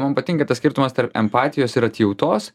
man patinka tas skirtumas tarp empatijos ir atjautos